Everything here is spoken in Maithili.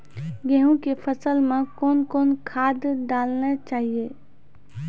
गेहूँ के फसल मे कौन कौन खाद डालने चाहिए?